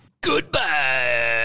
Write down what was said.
Goodbye